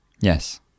Yes